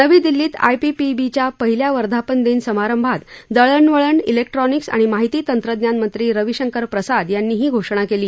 नवी दिल्लीत आयपीपीबीच्या पहिल्या वर्धापन दिन समारंभात दळणवळण जिक्ट्रॉनिक्स आणि माहिती तंत्रज्ञान मंत्री रवीशंकर प्रसाद यांनी ही घोषणा केली